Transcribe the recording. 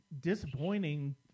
disappointing